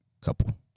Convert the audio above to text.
couple